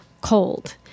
cold